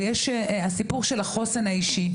ויש הסיפור של החוסן האישי,